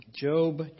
Job